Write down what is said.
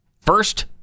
First